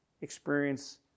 experience